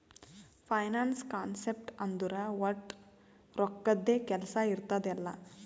finance concept ಅಂದುರ್ ವಟ್ ರೊಕ್ಕದ್ದೇ ಕೆಲ್ಸಾ ಇರ್ತುದ್ ಎಲ್ಲಾ